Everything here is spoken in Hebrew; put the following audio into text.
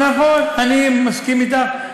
נכון, אני מסכים אתך.